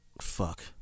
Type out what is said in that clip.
fuck